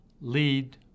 lead